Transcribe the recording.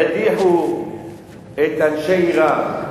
וידיחו את אנשי עירם.